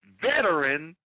veteran